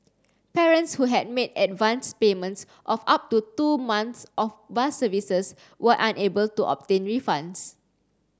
parents who had made advanced payments of up to two months of bus services were unable to obtain refunds